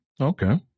Okay